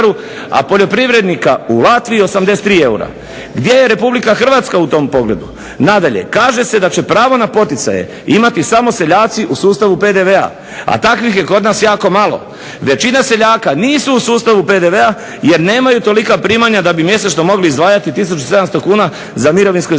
a poljoprivrednika u Latviji 83 eura. Gdje je Republika Hrvatska u tom pogledu? Nadalje, kaže se da će pravo na poticaje imati samo seljaci u sustavu PDV-a, a takvih je kod nas jako malo. Većina seljaka nisu u sustavu PDV-a jer nemaju tolika primanja da bi mjesečno mogli izdvajati 1700 kuna za mirovinsko i zdravstveno